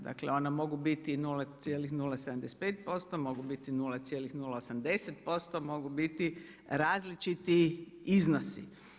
Dakle ona mogu biti 0,075%, mogu biti 0,080%, mogu biti različiti iznosi.